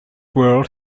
world